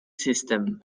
system